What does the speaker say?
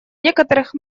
некоторых